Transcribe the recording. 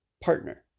partner